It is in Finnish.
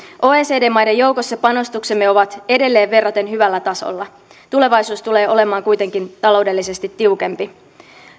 oecd maiden joukossa panostuksemme ovat edelleen verraten hyvällä tasolla tulevaisuus tulee olemaan kuitenkin taloudellisesti tiukempi